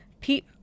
Pete